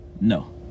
No